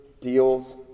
deals